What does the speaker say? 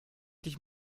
dich